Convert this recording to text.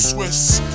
Swiss